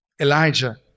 Elijah